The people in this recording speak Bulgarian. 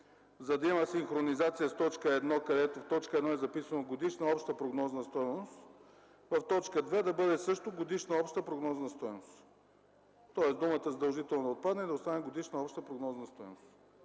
за да има синхронизация с т. 1, където е записано „годишна обща прогнозна стойност”, в т. 2 да бъде също „годишна обща прогнозна стойност”. Тоест думата „задължително” да отпадне и да остане „годишна обща прогнозна стойност”.